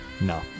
No